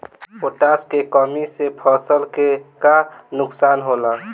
Potash के कमी से फसल के का नुकसान होला?